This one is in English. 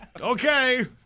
Okay